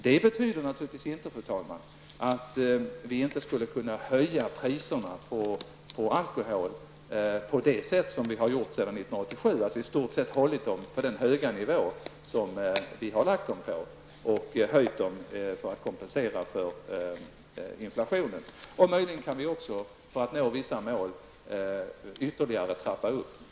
Det betyder naturligtvis inte, fru talman, att vi inte skulle kunna höja priserna på alkohol på det sätt som vi har gjort sedan 1987. Vi har försökt hålla dem på den höga nivå som vi då lade dem på. Priserna har höjts för att kompensera för inflationen. För att nå vissa mål kan vi möjligen också höja priserna ytterligare.